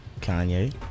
Kanye